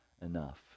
enough